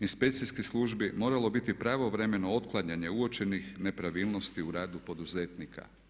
inspekcijskih službi moralo biti pravovremeno otklanjanje uočenih nepravilnosti u radu poduzetnika.